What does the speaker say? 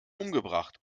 umgebracht